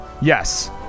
Yes